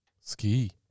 Ski